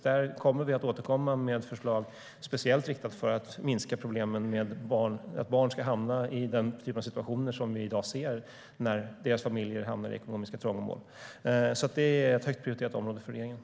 Där återkommer vi med förslag speciellt för att minska problemen med att barn ska hamna i den typ av situationer som vi ser i dag när deras familjer hamnar i ekonomiska trångmål. Det är alltså ett högt prioriterat område för regeringen.